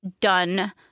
done